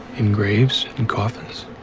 in graves, in coffins?